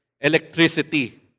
electricity